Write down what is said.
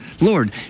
Lord